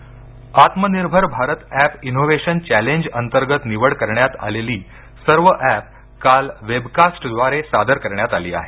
app challenge Atmanirbhar Bharat app innovation challenge अंतर्गत निवड करण्यात आलेली सर्व एप काल वेब कास्टद्वारे सादर करण्यात आली आहेत